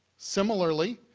similarly,